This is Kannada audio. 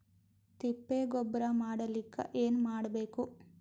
ತಿಪ್ಪೆ ಗೊಬ್ಬರ ಮಾಡಲಿಕ ಏನ್ ಮಾಡಬೇಕು?